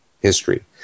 history